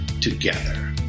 together